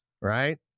right